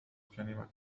كلمة